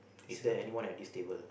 is there anyone at this table